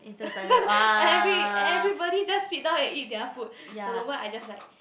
every~ everybody just sit down and eat their food the moment I just like